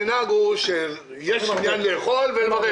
אם אתה יכול להשיב לכל מה שעלה כאן ואם תוכל